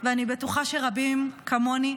ואני בטוחה שרבים כמוני,